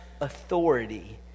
authority